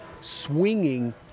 swinging